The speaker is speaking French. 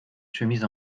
chemises